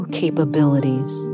capabilities